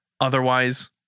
Otherwise